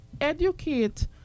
educate